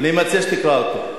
אני מציע שתקרא אותו.